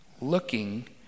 looking